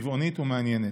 צבעונית ומעניינת,